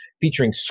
featuring